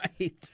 Right